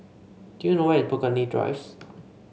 do you know where is Burgundy drives